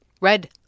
Red